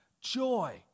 joy